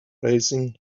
raising